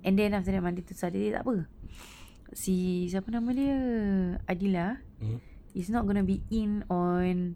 and then after that monday to saturday tak apa si siapa nama dia adilah is not gonna be in on